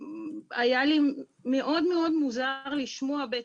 זה היה לי מאוד מוזר לשמוע,